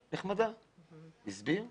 נחמדה, הוא הסביר לה,